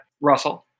Russell